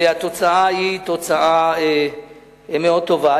והתוצאה היא תוצאה מאוד טובה.